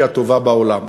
שהיא הטובה בעולם,